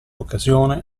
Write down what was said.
occasione